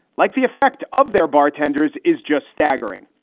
like the effect of their bartenders, is just staggering.